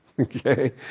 okay